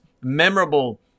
memorable